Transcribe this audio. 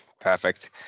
Perfect